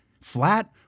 flat